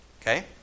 Okay